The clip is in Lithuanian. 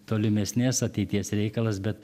tolimesnės ateities reikalas bet